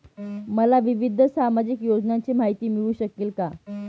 मला विविध सामाजिक योजनांची माहिती मिळू शकेल का?